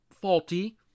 faulty